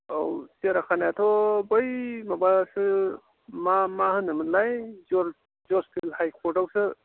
औ सिरियाखानायाथ' बै माबासो मा मा होनोमोनलाय जज फिल्ड हाइकर्टआवसो